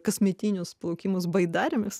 kasmetinius plaukimus baidarėmis